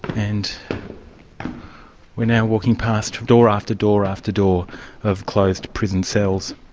and we're now walking past door after door after door of closed prison cells.